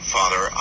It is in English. Father